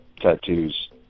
tattoos